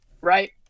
right